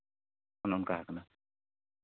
ᱚᱱᱮ ᱚᱱᱠᱟ ᱠᱟᱱᱟ